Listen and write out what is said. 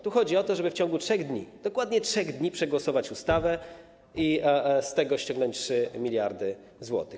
Tu chodzi o to, żeby w ciągu 3 dni, dokładnie 3 dni przegłosować ustawę i z tego ściągnąć 3 mld zł.